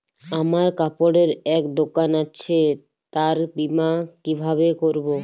আমার কাপড়ের এক দোকান আছে তার বীমা কিভাবে করবো?